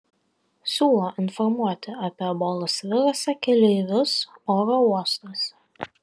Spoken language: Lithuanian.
siūlo informuoti apie ebolos virusą keleivius oro uostuose